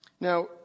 Now